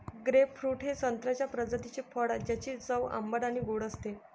grapefruit हे संत्र्याच्या प्रजातीचे फळ आहे, ज्याची चव आंबट आणि गोड असते